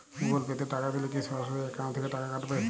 Google Pay তে টাকা দিলে কি সরাসরি অ্যাকাউন্ট থেকে টাকা কাটাবে?